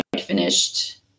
finished